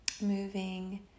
moving